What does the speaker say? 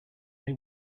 they